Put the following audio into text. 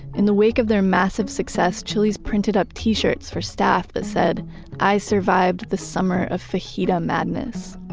in the wake of their massive success, chili's printed up t-shirts for staff that said i survived the summer of fajita madness.